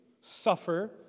suffer